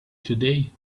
today